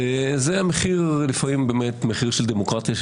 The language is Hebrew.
זה לפעמים מחיר של דמוקרטיה,